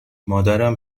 مادرم